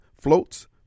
floats